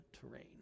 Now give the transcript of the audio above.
terrain